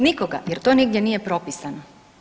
Nikoga, jer to nigdje nije propisano.